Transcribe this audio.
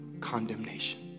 condemnation